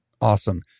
Awesome